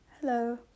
Hello